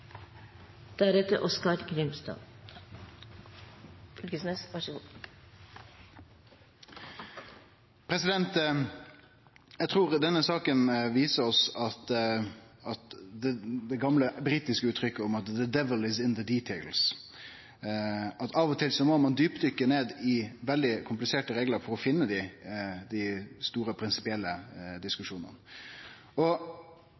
Eg trur denne saka viser oss det gamle britiske uttrykket om at «the devil is in the details». Av og til må ein djupdykke ned i kompliserte reglar for å finne dei store prinsipielle